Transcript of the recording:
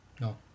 No